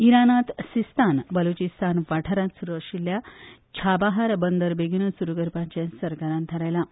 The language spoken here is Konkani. इराणांत सिस्तान बलूचिस्तान वाठारांत सुरू आशिल्ल्या छाबाहार बंदर बेगीनूच सुरू करपाचें सरकारान थारायलां